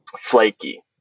flaky